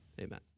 Amen